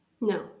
No